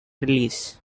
release